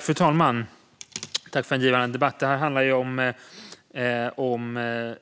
Fru talman! Jag tackar för en givande debatt. Betänkandet handlar om